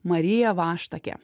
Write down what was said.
marija vaštakė